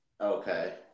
Okay